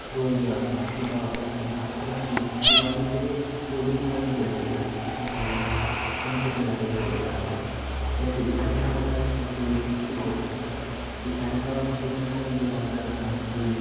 روزے رکھنا عبادت کرنا ہر چیز دیوالی کے لئے چھوٹی دیوالی بڑی دیوالی اس سے پہلے سے ان کی تیاری شروع ہو جاتی ہے جیسے عیسائی کا ہوتا ہے ایسے سکھوں کا ہوتا ہے عیسائی کا کرسمس کا انتظار کرتے ہیں کہ